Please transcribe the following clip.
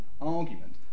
argument